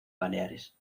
baleares